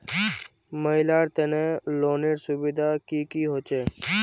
महिलार तने लोनेर सुविधा की की होचे?